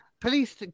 Police